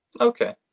Okay